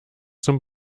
zum